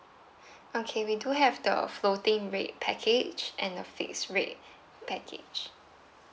okay we do have the floating rate package and the fixed rate package